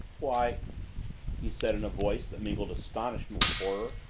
why he said in a voice that mingled astonishment with horror.